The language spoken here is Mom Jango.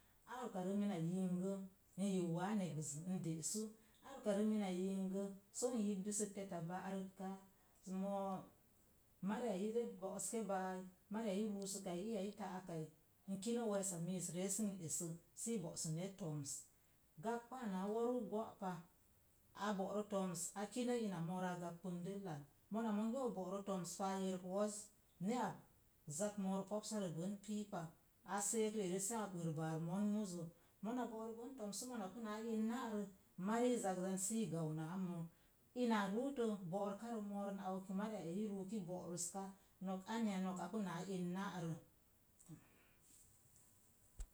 Ar ukarə mina yingə, n yin waa negəz nde'su, ar ukarə mina yingə, soo n yibdəsək teta ba'rət kaa, moo mariya ire bo'oske baai mariya i ruusəkai, iya i ta'akai n kinə weessa miis ree sən esə su bo'səne toms. Gagbaa naa woruu go'pa. A bo'rə toms a kinə inamoorə a gagbən dəllan. Mona monge bo bo'rə tomspa, a yerək woz, nee zak moora popsarəz bən piipa. A seek ri'eri saa bər bar mon muzə, mona bo'rə bon toms səmona puna in nairə, mavii zakzan sii gau naa moo. Ina ruutə bo'rəka rə moorən, a ok mariya eyi i ruuk, bo'rəska, nok anya nok a pumaa in nairə.